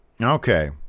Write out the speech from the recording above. Okay